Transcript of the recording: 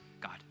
God